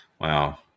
Wow